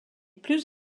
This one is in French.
plus